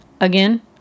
Again